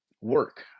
work